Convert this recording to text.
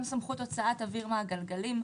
גם סמכות הוצאת אוויר מהגלגלים.